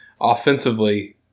offensively